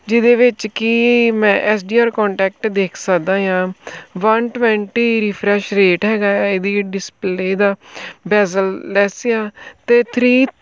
ਜਿਹੇ ਵਿੱਚ ਕਿ ਮੈਂ ਐਸ ਡੀ ਆਰ ਕੋਂਟੈਕਟ ਦੇਖ ਸਕਦਾ ਹਾਂ ਵਨ ਟਵੈਂਟੀ ਰਿਫਰੈਸ਼ ਰੇਟ ਹੈਗਾ ਇਹਦੀ ਜਿਹੜੀ ਡਿਸਪਲੇ ਦਾ ਬੈਜਲ ਲੈਸ ਆ ਅਤੇ ਥ੍ਰੀ